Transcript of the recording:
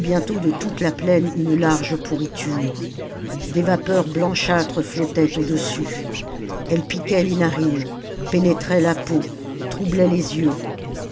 bientôt de toute la plame une large pourriture des vapeurs blanchâtres flottaient au-dessus elles piquaient les narines pénétraient la peau troublaient les yeux